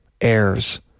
Heirs